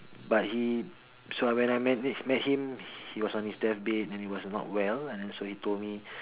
but he so when I met him he was on his deathbed and he was not well and then so he told me